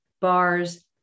bars